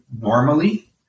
normally